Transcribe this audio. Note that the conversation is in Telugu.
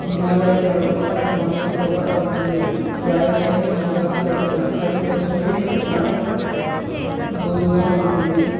హిమాలయ పర్వతాల్లో మంచి ఎక్కువగా పడుతుంది రాయలసీమ గుజరాత్ వంటి ప్రాంతాలు వేసవిలో చాలా జోరుగా ఉంటుంది